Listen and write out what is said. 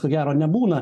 ko gero nebūna